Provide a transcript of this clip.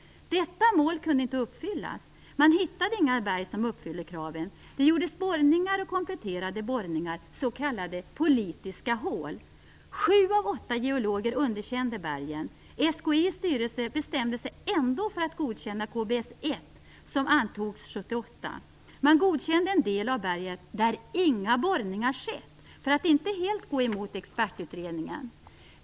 Detta mål kunde inte uppfyllas. Man hittade inga berg som uppfyllde kraven. Det gjordes borrningar och kompletterande borrningar, s.k. politiska hål. Sju av åtta geologer underkände bergen. SKI:s styrelse bestämde sig ändå för att godkänna KBS1, som antogs 1978. Man godkände, för att inte helt gå emot expertutredningen, en del av berget där inga borrningar hade skett.